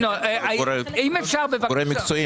הוא גורם מקצועי.